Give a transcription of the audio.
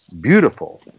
beautiful